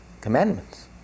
Commandments